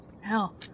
Hell